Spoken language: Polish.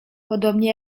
podobnie